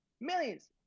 millions